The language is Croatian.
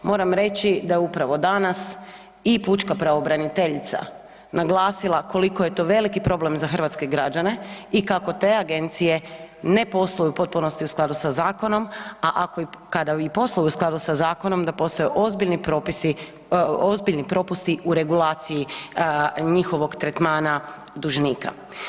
Moram reći da je upravo danas i pučka pravobraniteljica naglasila koliko je to veliki problem za hrvatske građane i kako te agencije ne posluju u potpunosti u skladu sa zakonom, a ako i, kada i posluju u skladu sa zakonom da postoje ozbiljni propusti u regulaciji njihovog tretmana dužnika.